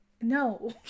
No